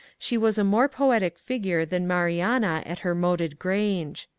she was a more poetic figure than mariana at her moated grange.